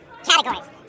Categories